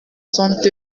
sont